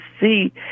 see